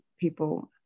people